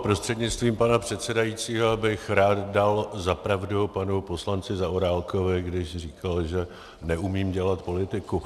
Prostřednictvím pana předsedajícího bych rád dal za pravdu panu poslanci Zaorálkovi, když říkal, že neumím dělat politiku.